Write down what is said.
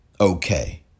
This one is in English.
okay